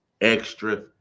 extra